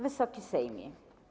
Wysoki Sejmie!